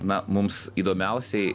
na mums įdomiausiai